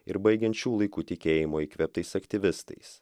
ir baigiant šių laikų tikėjimo įkvėptais aktyvistais